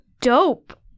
dope